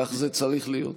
כך זה צריך להיות.